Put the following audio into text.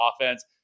offense